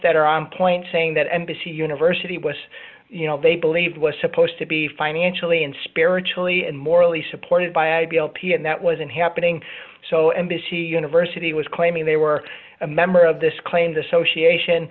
that are on point saying that embassy university was you know they believed was supposed to be financially and spiritually and morally supported by ideal p and that wasn't happening so d and this he university was claiming they were a member of this claimed association